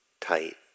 tight